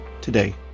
today